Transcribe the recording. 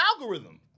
algorithm